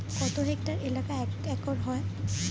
কত হেক্টর এলাকা এক একর হয়?